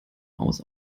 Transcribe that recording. aus